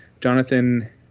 Jonathan